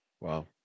Wow